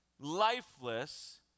lifeless